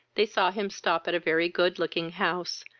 they saw him stop at a very good-looking house,